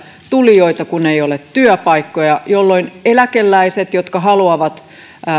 tulijoita kun ei ole työpaikkoja jolloin eläkeläiset jotka haluavat